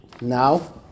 now